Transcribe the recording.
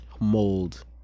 mold